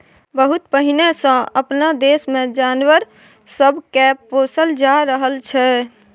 बहुत पहिने सँ अपना देश मे जानवर सब के पोसल जा रहल छै